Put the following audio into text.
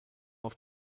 auf